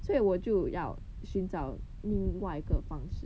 所以我就要寻找另外一个方式